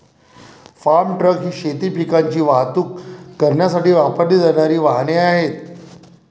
form truck ही शेती पिकांची वाहतूक करण्यासाठी वापरली जाणारी वाहने आहेत